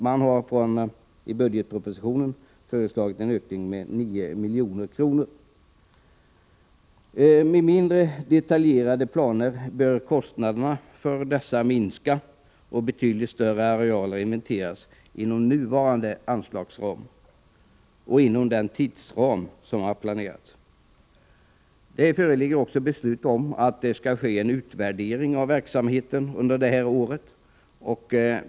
Man har i budgetpropositionen föreslagit en ökning med 9 milj.kr. Med mindre detaljerade planer bör kostnaderna för dessa minska och betydligt större arealer kunna inventeras inom nuvarande anslagsram och inom den tidsram som har avsetts. Det föreligger också beslut om att det skall ske en utvärdering av verksamheten under det här året.